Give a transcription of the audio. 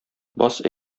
бас